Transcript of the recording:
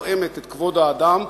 התואמת את כבוד האדם,